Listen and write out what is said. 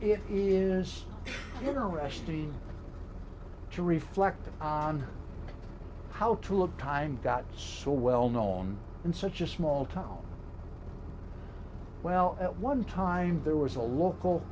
it is interesting to reflect on how to of time got so well known in such a small town well at one time there was a local